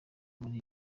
muri